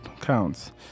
counts